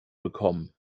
bekommen